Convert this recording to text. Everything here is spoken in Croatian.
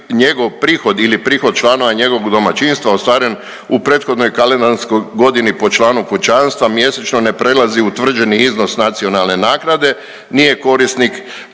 ili prihod članova njegovog domaćinstva ostvaren u prethodnoj kalendarskoj godini po članu kućanstva mjesečno ne prelazi utvrđeni iznos nacionalne naknade, nije korisnik